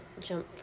jump